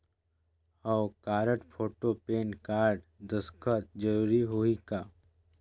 हव card, photo, PAN card, दस्खत जरूरी होही का?